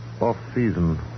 off-season